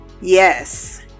yes